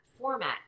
format